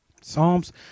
Psalms